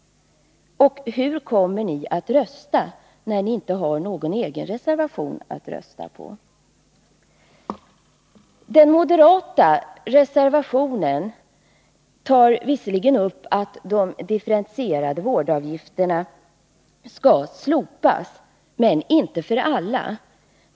Hur kommer ni att rösta, när ni inte har någon egen reservation att rösta på? I den moderata reservationen föreslås visserligen att de differentierade vårdavgifterna skall slopas, men inte för alla.